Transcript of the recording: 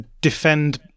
defend